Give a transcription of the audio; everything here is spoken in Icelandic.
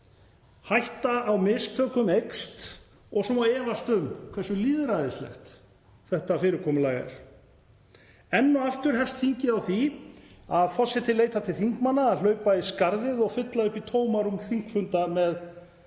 hætta á mistökum eykst og svo má efast um hversu lýðræðislegt þetta fyrirkomulag er. Enn og aftur hefst þingið á því að forseti leitar til þingmanna að hlaupa í skarðið og fylla upp í tómarúm þingfunda með